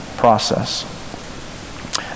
process